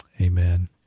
Amen